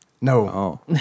No